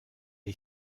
est